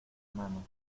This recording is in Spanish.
mano